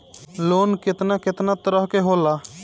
Loan केतना केतना तरह के होला?